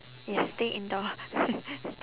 ya stay indoor